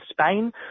Spain